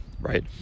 right